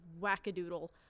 wackadoodle